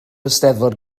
eisteddfod